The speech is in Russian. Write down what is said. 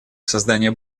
создание